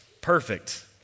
perfect